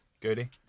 Goody